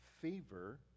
favor